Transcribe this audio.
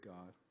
God